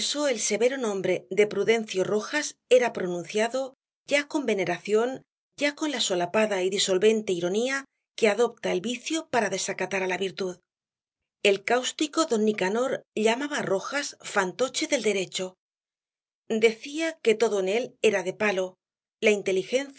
el severo nombre de prudencio rojas era pronunciado ya con veneración ya con la solapada y disolvente ironía que adopta el vicio para desacatar á la virtud el cáustico don nicanor llamaba á rojas fantoche del derecho decía que todo en él era de palo la inteligencia